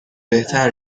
بهتر